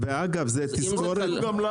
זה כלול.